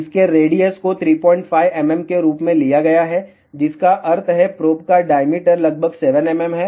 इस के रेडियस को 35 mm के रूप में लिया गया है जिसका अर्थ है प्रोब का डाईमीटर लगभग 7 mm है